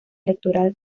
electoral